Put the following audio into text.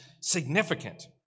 significant